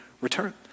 return